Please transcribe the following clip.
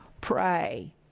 pray